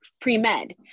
pre-med